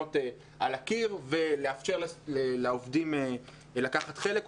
מיניות על הקיר ולאפשר לעובדים לקחת חלק בהדרכות,